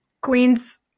queens